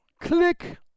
click